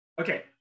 Okay